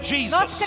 Jesus